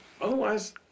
Otherwise